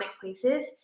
places